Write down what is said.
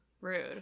rude